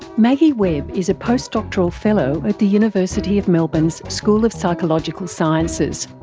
maggie webb is a postdoctoral fellow at the university of melbourne's school of psychological sciences.